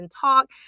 talk